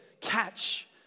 catch